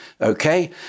Okay